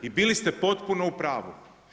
I bili ste potpuno u pravu.